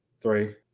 Three